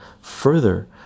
further